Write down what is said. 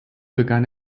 begann